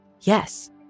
yes